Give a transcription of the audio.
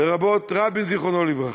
לרבות רבין, זיכרונו לברכה,